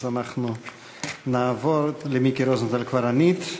אז נעבור, למיקי רוזנטל כבר ענית,